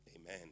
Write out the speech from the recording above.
Amen